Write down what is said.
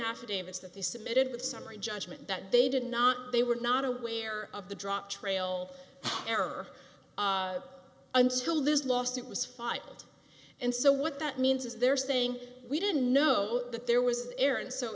affidavits that they submitted the summary judgment that they did not they were not aware of the drop trail error until this lawsuit was filed and so what that means is they're saying we didn't know that there was air and